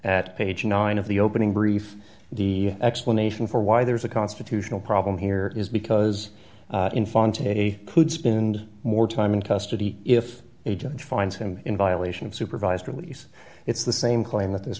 at page nine of the opening brief the explanation for why there's a constitutional problem here is because infante could spend more time in custody if a judge finds him in violation of supervised release it's the same claim that this